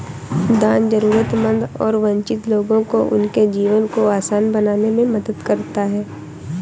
दान जरूरतमंद और वंचित लोगों को उनके जीवन को आसान बनाने में मदद करता हैं